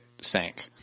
sank